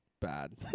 Bad